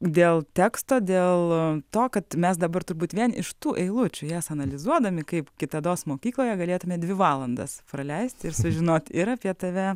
dėl teksto dėl to kad mes dabar turbūt vien iš tų eilučių jas analizuodami kaip kitados mokykloje galėtume dvi valandas praleisti ir sužinoti ir apie tave